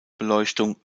beleuchtung